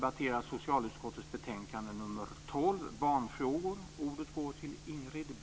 Jag yrkar nu bifall endast till reservation nr 1.